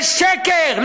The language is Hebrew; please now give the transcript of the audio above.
זה שקר,